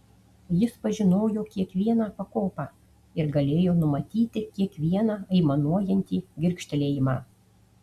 jis pažinojo kiekvieną pakopą ir galėjo numatyti kiekvieną aimanuojantį girgžtelėjimą